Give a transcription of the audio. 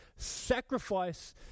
Sacrifice